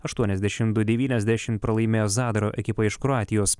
aštuoniasdešimt du devyniasdešimt pralaimėjo zadaro ekipai iš kroatijos